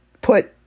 put